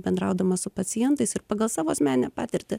bendraudama su pacientais ir pagal savo asmeninę patirtį